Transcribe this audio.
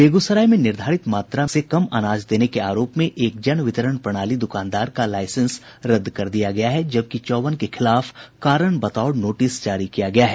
बेगूसराय में निर्धारित मात्रा से कम अनाज देने के आरोप में एक जन वितरण प्रणाली दुकानदार का लाईसेंस रद्द कर दिया गया है जबकि चौवन के खिलाफ कारण बताओ नोटिस जारी किया गया है